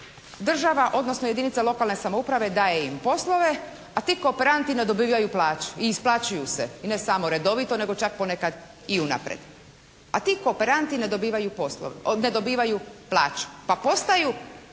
država odnosno jedinica lokalne samouprave daje im poslove a ti kooperanti ne dobivaju plaću i isplaćuju se i ne samo redovito nego čak ponekad i unaprijed. A ti kooperanti ne dobivaju plaću pa postaju